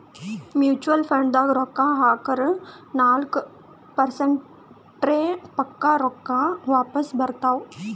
mutual ಫಂಡ್ನಾಗ್ ರೊಕ್ಕಾ ಹಾಕುರ್ ನಾಲ್ಕ ಪರ್ಸೆಂಟ್ರೆ ಪಕ್ಕಾ ರೊಕ್ಕಾ ವಾಪಸ್ ಬರ್ತಾವ್